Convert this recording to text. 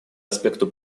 аспекту